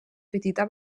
petita